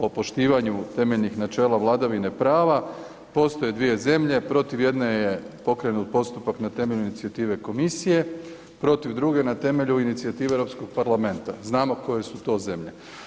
O poštivanju temeljnih načela vladavine prava postoje dvije zemlje, protiv jedne je pokrenut postupak na temelju inicijative komisije, protiv druge na temelju inicijative Europskog parlamenta, znamo koje su to zemlje.